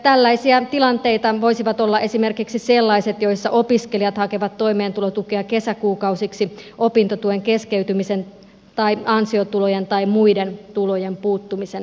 tällaisia tilanteita voisivat olla esimerkiksi sellaiset joissa opiskelijat hakevat toimeentulotukea kesäkuukausiksi opintotuen keskeytymisen tai ansiotulojen tai muiden tulojen puuttumisen vuoksi